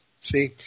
See